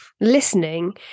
listening